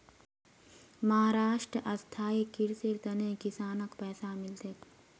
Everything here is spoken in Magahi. महाराष्ट्रत स्थायी कृषिर त न किसानक पैसा मिल तेक